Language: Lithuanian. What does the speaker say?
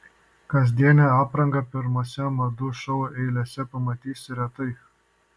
kasdienę aprangą pirmose madų šou eilėse pamatysi retai